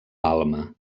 balma